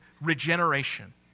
Regeneration